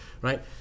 Right